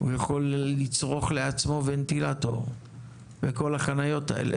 הוא יכול לצרוך לעצמו ונטילטור לכל החניות האלה.